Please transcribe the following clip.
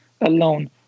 alone